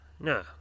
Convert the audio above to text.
No